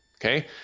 okay